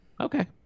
Okay